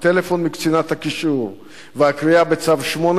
הטלפון מקצינת הקישור והקריאה בצו 8,